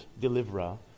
deliverer